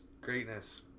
greatness